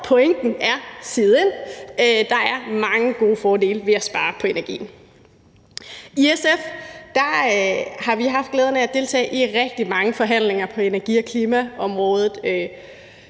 at pointen er sivet ind. Der er mange fordele ved at spare på energien. I SF har vi jo haft glæden af at deltage i rigtig mange forhandlinger på energi- og klimaområdet,